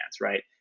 right